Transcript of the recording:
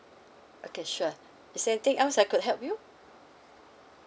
okay sure is there anything else I could help you